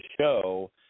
show